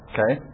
Okay